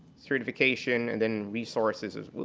certification, and then resources.